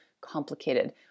complicated